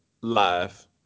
Live